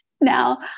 Now